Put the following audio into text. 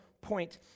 point